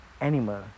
animal